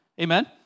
Amen